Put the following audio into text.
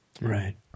right